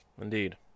Indeed